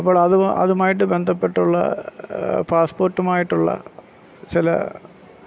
അപ്പോൾ അതു അതുമായിട്ട് ബന്ധപ്പെട്ടുള്ള പാസ്സ്പോർട്ടുമായിട്ടുള്ള ചില